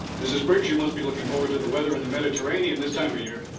mrs. briggs, you must be looking forward to the weather in the mediterranean this time of year.